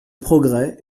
progrès